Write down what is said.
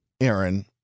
Aaron